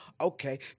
okay